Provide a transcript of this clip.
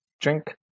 drink